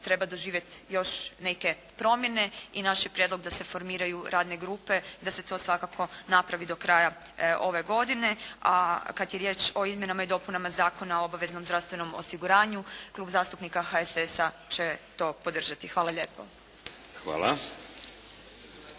treba doživjeti još neke promjene i naš je prijedlog da se formiraju radne grupe, da se to svakako napravi do kraja ove godine. A kada je riječ o izmjenama i dopunama Zakona o obaveznom zdravstvenom osiguranju, Klub zastupnika HSS-a će to podržati. Hvala lijepo.